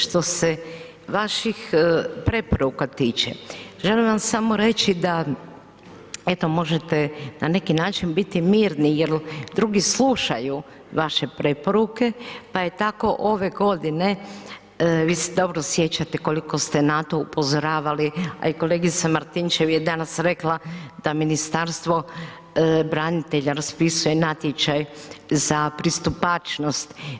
Što se vaših preporuka tiče, želim vam samo reći da, eto, možete na neki način biti mirni jer drugi slušaju vaše preporuke, pa je tako ove godine, vi se dobro sjećate koliko ste na to upozoravali, a i kolegica Martinčev je danas rekla da Ministarstvo branitelja raspisuje natječaj za pristupačnost.